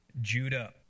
Judah